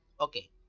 okay